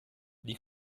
die